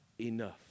enough